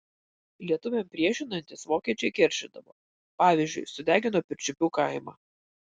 lietuviams priešinantis vokiečiai keršydavo pavyzdžiui sudegino pirčiupių kaimą